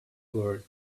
were